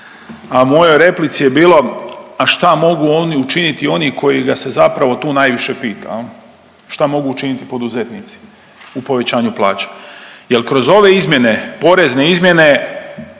u mojoj replici je bilo a šta mogu oni učiniti, oni koji ga se zapravo tu najviše pita jel, šta mogu učiniti poduzetnici u povećanju plaća. Jel kroz ove izmjene, porezne izmjene